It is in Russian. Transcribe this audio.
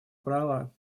права